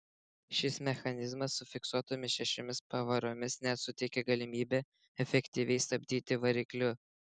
šis mechanizmas su fiksuotomis šešiomis pavaromis net suteikė galimybę efektyviai stabdyti varikliu